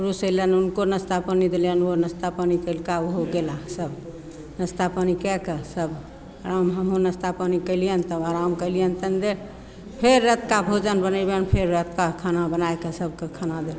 पुरुष अयलनि उनको नास्ता पानि देलियनि ओहो नास्ता पानि करिके ओहो गेला सब नास्ता पानिके कऽ सब हमहुँ नास्ता पानि कयलियनि तब आराम कयलियनि तनी देर फेर रतुका भोजन बनेबनि फेर रतुका खाना बनायके सबके खाना देल